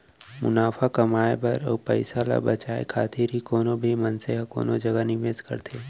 मुनाफा कमाए बर अउ पइसा ल बचाए खातिर ही कोनो भी मनसे ह कोनो जगा निवेस करथे